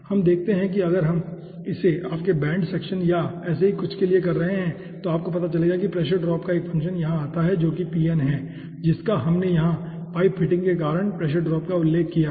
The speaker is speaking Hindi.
अब देखते हैं कि अगर हम इसे आपके बेंड सेक्शन या ऐसे ही कुछ के लिए कर रहे हैं तो आपको पता चलेगा कि प्रेशर ड्रॉप का एक फंक्शन यहां आता है जो कि Pft है जिसका हमने यहां पाइप फिटिंग के कारण प्रेशर ड्राप का उल्लेख किया है